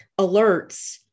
alerts